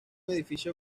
edificio